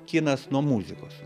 kinas nuo muzikos